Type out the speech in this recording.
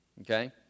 okay